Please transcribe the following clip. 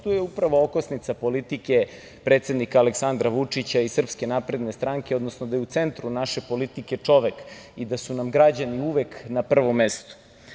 Tu je upravo okosnica politike predsednika Aleksandra Vučića i SNS, odnosno da je u centru naše politike čovek i da su nam građani uvek na prvom mestu.